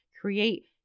create